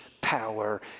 power